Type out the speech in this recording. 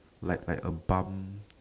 like like a bump